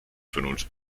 vernunft